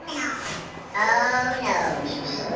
yeah oh, no, mindy.